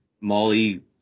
Molly